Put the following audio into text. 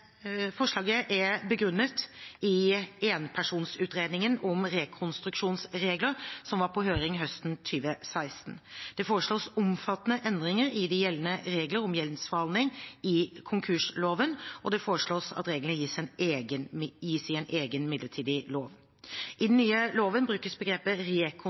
enpersonsutredningen om rekonstruksjonsregler som var på høring høsten 2016. Det foreslås omfattende endringer i de gjeldende regler om gjeldsforhandling i konkursloven, og det foreslås at reglene gis i en egen midlertidig lov. I den nye loven brukes begrepet